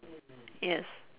yes